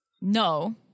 No